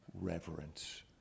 reverence